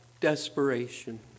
desperation